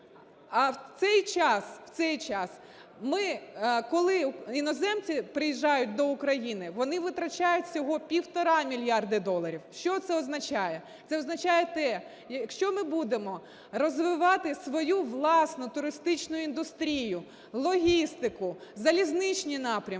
в цей час ми… коли іноземці приїжджають до України, вони витрачають всього 1,5 мільярда доларів. Що це означає? Це означає те, якщо ми будемо розвивати свою власну туристичну індустрію, логістику, залізничні напрямки,